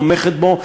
תומכת בו,